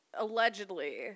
Allegedly